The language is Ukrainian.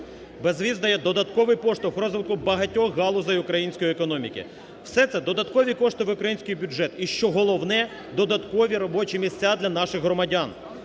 Безвіз дає додатковий поштовх в розвитку багатьох галузей української економіки, все це – додаткові кошти в український бюджет, і що головне – додаткові робочі місця для наших громадян.